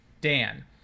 Dan